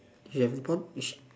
he have